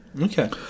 okay